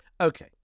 Okay